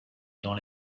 dans